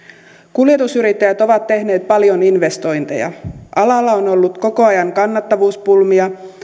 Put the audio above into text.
kuljetusyrittäjät ovat tehneet paljon investointeja alalla on ollut koko ajan kannattavuuspulmia